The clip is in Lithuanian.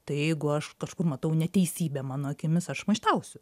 tai jeigu aš kažkur matau neteisybę mano akimis aš maištausiu